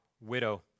widow